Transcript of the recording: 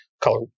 color